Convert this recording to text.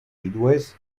vídues